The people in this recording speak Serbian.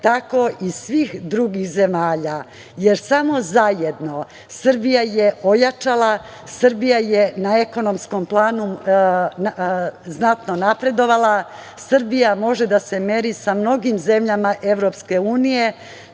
tako i svih drugih zemalja, jer samo zajedno Srbija je ojačala, Srbija je na ekonomskom planu znatno napredovala, Srbija može da se meri sa mnogim zemljama Evropske unije